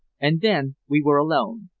and then we were alone.